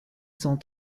cent